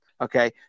okay